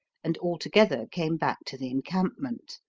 and all together came back to the encampment.